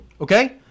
Okay